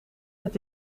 het